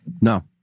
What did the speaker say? No